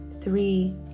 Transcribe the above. three